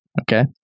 Okay